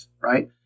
right